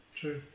true